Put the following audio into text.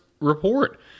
report